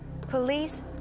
Police